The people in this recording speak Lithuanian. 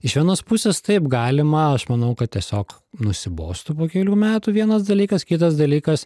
iš vienos pusės taip galima aš manau kad tiesiog nusibostų po kelių metų vienas dalykas kitas dalykas